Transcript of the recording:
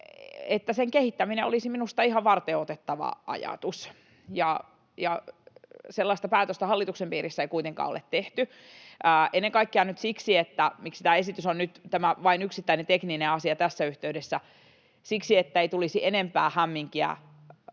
— ja sen kehittäminen olisi minusta ihan varteenotettava ajatus. Sellaista päätöstä hallituksen piirissä ei kuitenkaan ole tehty. Ennen kaikkea nyt siksi — ja siksi tämä esitys on nyt vain tämä yksittäinen tekninen asia tässä yhteydessä — että ei tulisi enempää hämminkiä